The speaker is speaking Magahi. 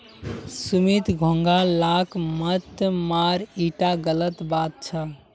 सुमित घोंघा लाक मत मार ईटा गलत बात छ